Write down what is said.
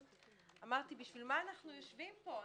אמרתי: למה אנחנו יושבים פה?